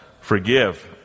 forgive